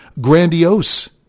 grandiose